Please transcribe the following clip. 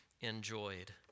enjoyed